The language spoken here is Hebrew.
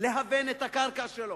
להוון את הקרקע שלו.